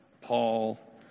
Paul